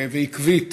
ועקבית